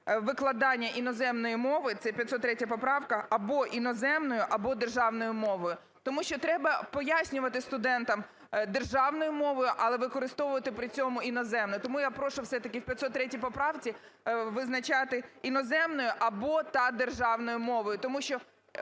викладання іноземної мови (це 503 поправка) або іноземною, або державною мовою. Тому що треба пояснювати студентам державною мовою, але використовувати при цьому іноземну. Тому я прошу все-таки в 503 поправці визначати "іноземною або/та державною мовою", тому що